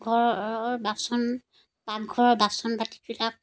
ঘৰৰ বাচন পাকঘৰৰ বাচন বাটিবিলাক